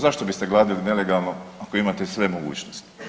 Zašto bi ste gradili nelegalno ako imate sve mogućnosti?